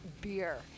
beer